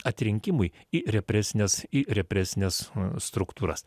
atrinkimui į represines į represines struktūras